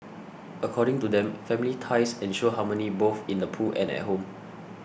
according to them family ties ensure harmony both in the pool and at home